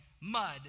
mud